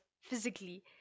physically